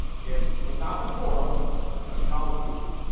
this was not the forum for such colloquies.